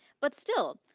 but still,